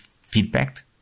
feedback